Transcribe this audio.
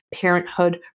parenthood